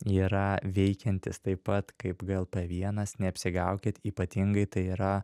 yra veikiantis taip pat kaip glp vienas neapsigaukit ypatingai tai yra